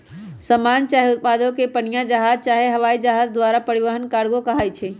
समान चाहे उत्पादों के पनीया जहाज चाहे हवाइ जहाज द्वारा परिवहन कार्गो कहाई छइ